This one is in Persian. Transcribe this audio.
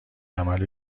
عمل